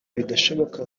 bitashoboka